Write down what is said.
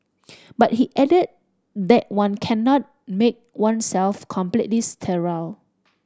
but he added that one cannot make oneself completely sterile